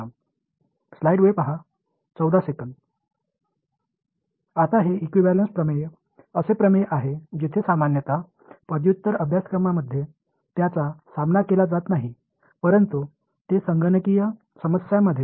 Uday Khankhoje department of electrical engineering Indian institute of technology Madras Indian Institute of Technology Madras review of Maxwell's equations Review of Maxwell's Equations lecture - 3